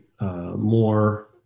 more